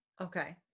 Okay